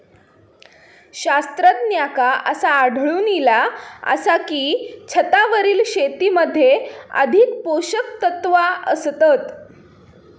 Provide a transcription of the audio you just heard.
शास्त्रज्ञांका असा आढळून इला आसा की, छतावरील शेतीमध्ये अधिक पोषकतत्वा असतत